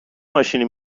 ماشینی